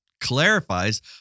clarifies